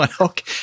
Okay